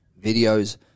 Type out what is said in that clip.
videos